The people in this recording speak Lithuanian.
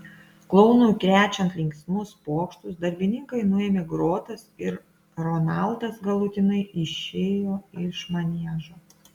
klounui krečiant linksmus pokštus darbininkai nuėmė grotas ir ronaldas galutinai išėjo iš maniežo